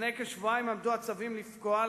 לפני כשבועיים עמד תוקף הצווים לפקוע,